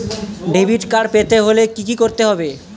Debit card পেতে হলে কি করতে হবে?